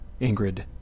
Ingrid